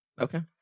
Okay